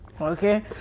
okay